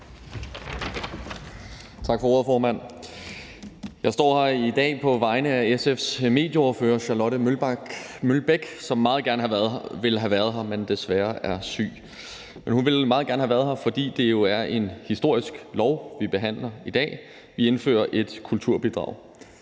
Tak for ordet, formand. Jeg står her i dag på vegne af SF's medieordfører, fru Charlotte Broman Mølbæk, som meget gerne ville have været her, men desværre er syg. Hun ville meget gerne have været her, fordi det jo er et historisk lovforslag, vi behandler i dag. Vi indfører et kulturbidrag.